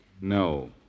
No